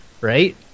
Right